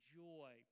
joy